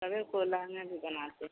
को लहँगा भी बनाते